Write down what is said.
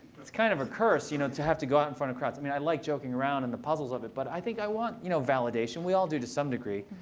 it's kind of a curse you know to have to go out in front of crowds. i mean, i like joking around and the puzzles of it. but i think i want you know validation. we all do to some degree.